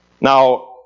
Now